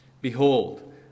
Behold